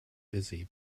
busy